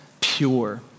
pure